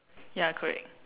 ya correct